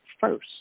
first